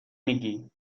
میگی